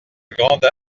grande